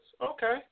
Okay